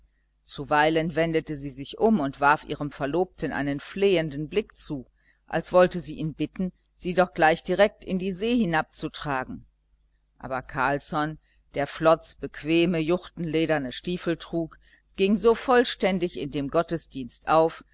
zuweilen wendete sie sich um und warf ihrem verlobten einen flehenden blick zu als wollte sie ihn bitten sie doch gleich direkt in die see hinabzutragen aber carlsson der flods bequeme juchtenlederne stiefel trug ging so vollständig in dem gottesdienst auf